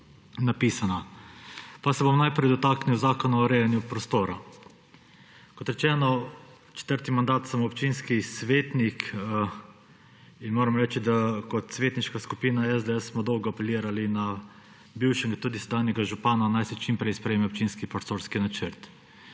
napisana. Pa se bom najprej dotaknil zakona o urejanju prostora. Kot rečeno, četrti mandat sem občinski svetnik in moram reči, da kot svetniška skupina SDS smo dolgo apelirali na bivšega, tudi sedanjega župana, naj se čim prej sprejme občinski prostorski načrt.